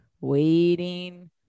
waiting